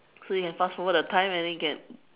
so you can pass over the time and then get